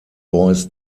boys